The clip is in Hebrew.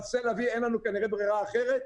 אבל כנראה שאין לנו כנראה ברירה אחרת.